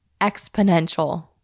exponential